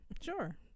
Sure